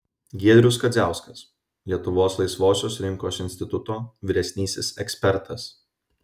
giedrius kadziauskas lietuvos laisvosios rinkos instituto vyresnysis ekspertas